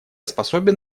способен